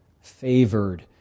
favored